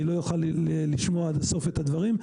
אני לא אוכל לשמוע עד הסוף את הדברים,